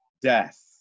death